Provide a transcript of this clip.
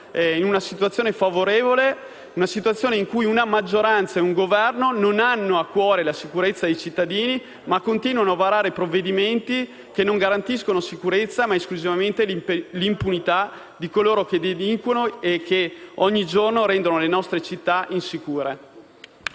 in una situazione favorevole in cui maggioranza e Governo non hanno a cuore la sicurezza dei cittadini, ma continuano a varare provvedimenti che non garantiscono sicurezza, ma esclusivamente l'impunità di coloro che delinquono e che ogni giorno rendono le nostre città insicure.